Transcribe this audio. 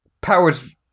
powers